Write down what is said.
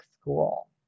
school